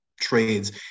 trades